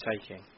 taking